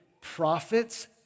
prophets